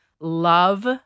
love